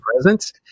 presence